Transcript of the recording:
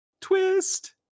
twist